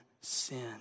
sin